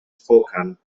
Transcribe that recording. spokane